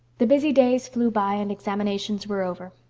the busy days flew by and examinations were over.